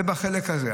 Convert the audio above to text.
זה בחלק הזה.